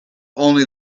only